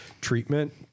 treatment